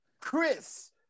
Chris